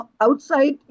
outside